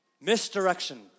Misdirection